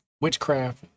witchcraft